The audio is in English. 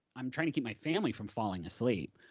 i'm trying to keep my family from falling asleep.